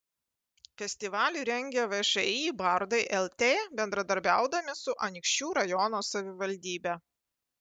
festivalį rengia všį bardai lt bendradarbiaudami su anykščių rajono savivaldybe